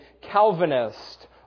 Calvinist